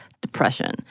depression